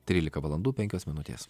trylika valandų penkios minutės